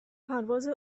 پرواز